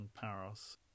Paros